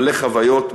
מלא חוויות,